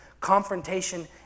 Confrontation